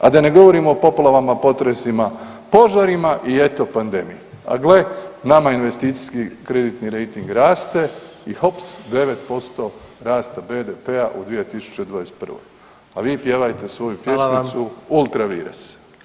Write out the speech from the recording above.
A da ne govorim o poplavama, potresima, požarima i eto pandemije, a gle nama investicijski kreditni rejting raste i hops 9% rasta BDP-a u 2021., a vi pjevajte svoju pjesmicu ultra vires.